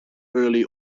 early